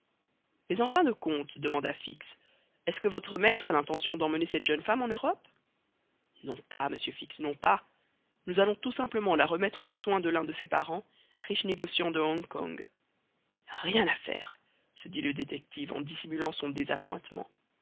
mais en fin de compte demanda fix est-ce que votre maître a l'intention d'emmener cette jeune femme en europe non pas monsieur fix non pas nous allons tout simplement la remettre aux soins de l'un de ses parents riche négociant de hong kong rien à faire se dit le détective en dissimulant son